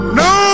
no